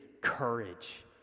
courage